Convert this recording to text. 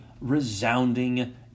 resounding